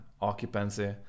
occupancy